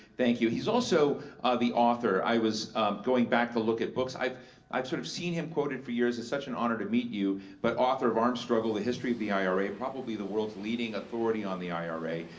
thank you. he's also the author. i was going back to look at books. i've i've sort of seen him quoted for years. it's such an honor to meet you, but author of armed struggle, the history of the ira, probably the world's leading authority on the ira,